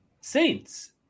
Saints